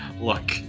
look